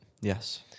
Yes